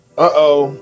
Uh-oh